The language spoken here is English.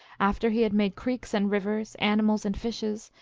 after he had made creeks and rivers, animals and fishes,